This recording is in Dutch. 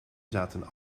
zaten